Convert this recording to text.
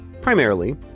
primarily